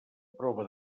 prova